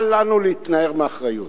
אל לנו להתנער מאחריות.